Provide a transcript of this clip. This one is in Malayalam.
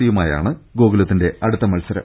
സിയുമായാണ് ഗോകുലത്തിന്റെ അടുത്ത മത്സരം